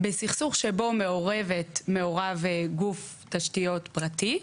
בסכסוך שבו מעורב גוף תשתיות פרטי,